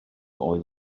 oedd